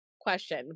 question